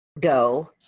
go